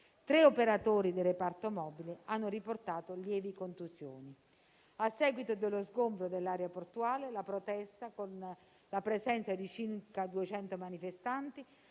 Tre operatori del reparto mobile hanno riportato lievi contusioni. A seguito dello sgombero dell'area portuale, la protesta, con la presenza di circa 200 manifestanti,